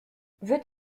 veut